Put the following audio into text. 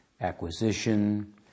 acquisition